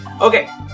Okay